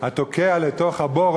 התוקע לתוך הבור,